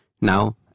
Now